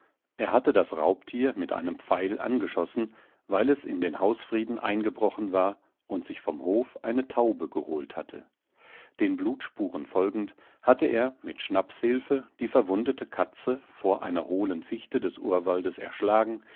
er hatte das raubtier mit einem pfeil angeschossen weil es in den hausfrieden eingebrochen war und sich vom hof eine taube geholt hatte den blutspuren folgend hatte er mit schnapps hilfe die verwundete katze vor einer hohlen fichte des urwaldes erschlagen